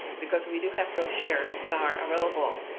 because we do have brochures that are available.